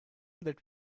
that